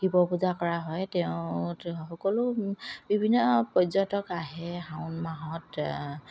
শিৱ পূজা কৰা হয় তেওঁ সকলো বিভিন্ন পৰ্যটক আহে শাওণ মাহত